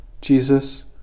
Jesus